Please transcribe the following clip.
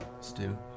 Stu